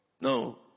No